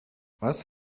was